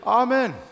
Amen